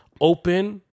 open